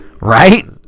Right